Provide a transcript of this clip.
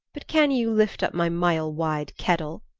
but can you lift up my mile-wide kettle?